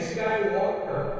Skywalker